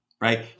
right